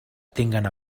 tinguen